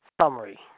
summary